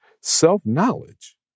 self-knowledge